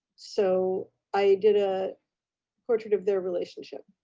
so i did a portrait of their relationship.